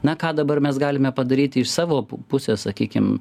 na ką dabar mes galime padaryti iš savo pusės sakykim